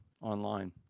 online